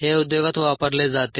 हे उद्योगात वापरले जाते